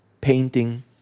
painting